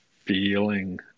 feeling